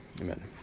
Amen